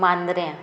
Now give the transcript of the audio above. Mandrem